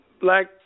Black